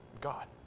God